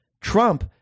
Trump